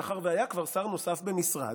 מאחר שהיה כבר שר נוסף במשרד.